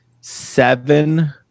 seven